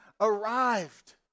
arrived